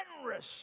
generous